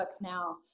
now